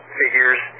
figures